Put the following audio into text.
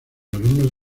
alumnos